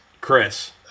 Chris